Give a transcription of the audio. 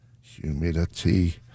Humidity